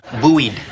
Buoyed